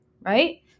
right